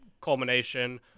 culmination